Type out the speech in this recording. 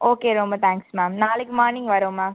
okay ரொம்ப thanks ma'am நாளைக்கு morning வரோம் மேம்